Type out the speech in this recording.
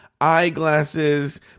eyeglasses